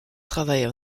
travaille